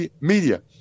Media